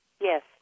Yes